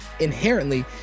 inherently